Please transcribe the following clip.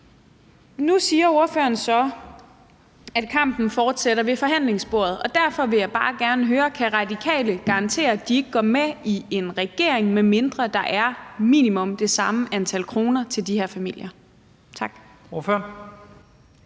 Nu siger ordføreren så, at kampen fortsætter ved forhandlingsbordet, og derfor vil jeg bare gerne høre: Kan Radikale garantere, at de ikke går med i en regering, medmindre der er minimum det samme antal kroner til de her familier? Tak.